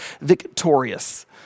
victorious